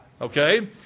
Okay